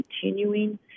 continuing